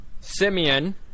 simeon